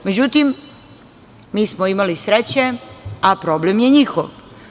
Međutim, mi smo imali sreće, a problem je njihov.